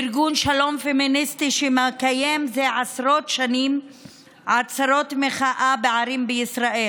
ארגון שלום פמיניסטי שמקיים זה עשרות שנים עצרות מחאה בערים בישראל.